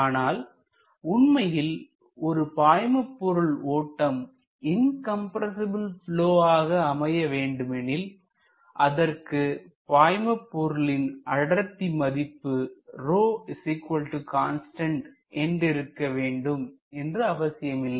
ஆனால் உண்மையில் ஒரு பாய்மபொருளின் ஓட்டம் இன்கம்ரசிபில் ப்லொ ஆக அமைய வேண்டுமெனில் அதற்கு பாய்ம பொருளின் அடர்த்தி மதிப்பு ρ Constant என்றிருக்க வேண்டும் என்று அவசியம் இல்லை